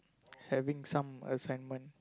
having some assignment